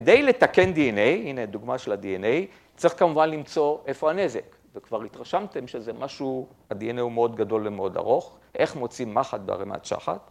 ‫כדי לתקן DNA, הנה דוגמה של ה-DNA, ‫צריך כמובן למצוא איפה הנזק. ‫וכבר התרשמתם שזה משהו, ‫ה-DNA הוא מאוד גדול ומאוד ארוך. ‫איך מוצאים מחט ברמת שחת?